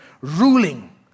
ruling